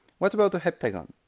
what about a heptagon?